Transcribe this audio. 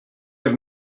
have